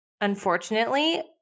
unfortunately